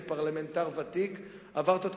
זה דווקא חושף את חולשתך ואת העובדה שאין לך